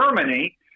Germany—